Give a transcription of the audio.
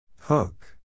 Hook